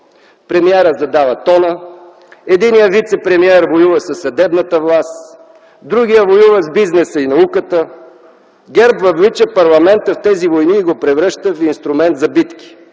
Премиерът задава тона, единият вицепремиер воюва със съдебната власт, другият – воюва с бизнеса и науката. ГЕРБ въвлича парламента в тези войни и го превръща в инструмент за битки.